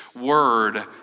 word